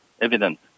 evident